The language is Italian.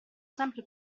sempre